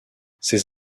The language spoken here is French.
ces